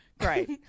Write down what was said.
Great